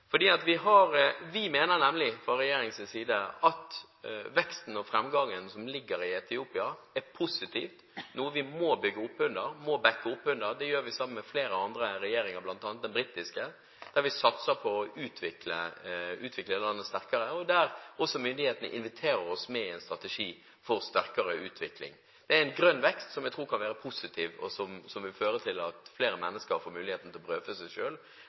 ligger i Etiopia, er positiv, og noe vi må bakke opp under. Det gjør vi sammen med flere andre regjeringer, bl.a. den britiske. Vi satser på å utvikle landet sterkere, og også myndighetene inviterer oss med i en strategi for sterkere utvikling. Det er en grønn vekst som jeg tror kan være positiv, og som vil føre til at flere mennesker får muligheten til å brødfø seg